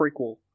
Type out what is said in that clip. prequel